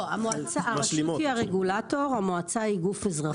לא, הרשות היא הרגולטור, והמועצה היא גוף אזרחי.